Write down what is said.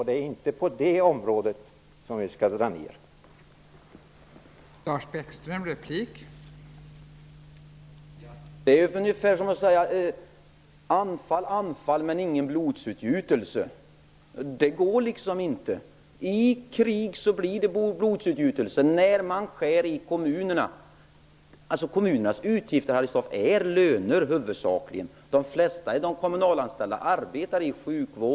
Det är inte på detta område som vi ska göra inskränkningar.